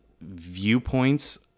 viewpoints